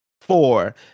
four